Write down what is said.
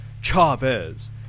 Chavez